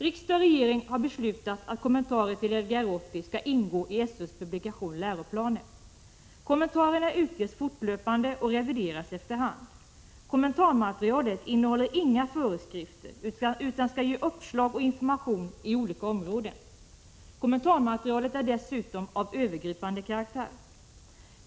Riksdag och regering har beslutat att kommentarer till Lgr 80 skall ingå i SÖ:s publikation Läroplaner. Kommentarerna utges fortlöpande och revideras efter hand. Kommentarmaterialet innehåller inga föreskrifter, utan skall ge uppslag och information på olika områden. Det är dessutom av övergripande karaktär.